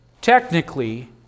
technically